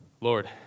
Lord